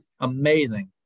amazing